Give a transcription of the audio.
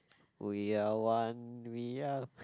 we are one we are